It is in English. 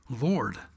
Lord